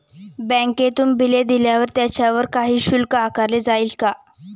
बँकेतून बिले दिल्यावर त्याच्यावर काही शुल्क आकारले जाईल का?